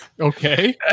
Okay